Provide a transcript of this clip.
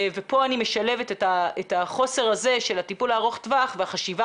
ופה אני משלבת את החוסר הזה של הטיפול הארוך טווח והחשיבה